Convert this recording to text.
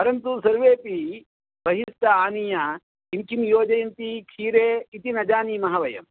परन्तु सर्वेपि बहिस्तः आनीय किं किं योजयन्ति क्षीरे इति न जानीमः वयम्